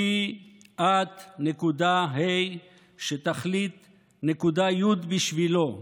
מי את.ה שתחליט.י בשבילו?